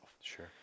Sure